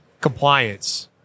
Compliance